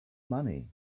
money